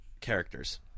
characters